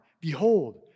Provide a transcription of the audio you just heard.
Behold